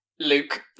Luke